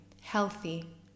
healthy